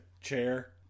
chair